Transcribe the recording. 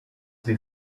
die